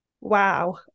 Wow